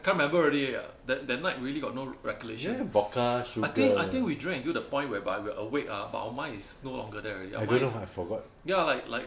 I can't remember ah already that that night really got no recollection I think I think we drank until the point whereby we're awake ah but our mind is no longer there already our mind is ya like like